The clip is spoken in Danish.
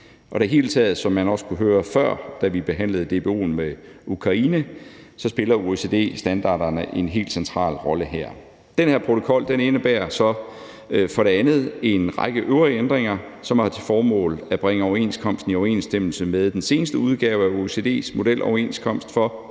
I det hele taget, som man også kunne høre før, da vi behandlede DBO'en med Ukraine, spiller OECD-standarderne en helt central rolle her. Den her protokol indebærer så for det andet en række øvrige ændringer, som har til formål at bringe overenskomsten i overensstemmelse med den seneste udgave af OECD's modeloverenskomst for